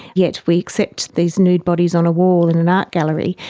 yet we accept these nude bodies on a wall in an art gallery.